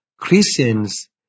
Christians